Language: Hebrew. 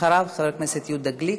אחריו, חבר הכנסת יהודה גליק.